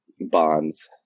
bonds